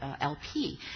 LP